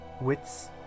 wits